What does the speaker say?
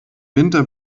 winter